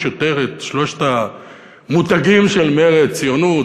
יותר את שלושת המותגים של מרצ: ציונות,